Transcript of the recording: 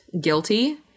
guilty